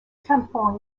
tampon